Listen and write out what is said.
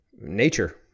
nature